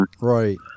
right